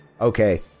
Okay